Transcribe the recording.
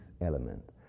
element